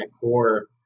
Core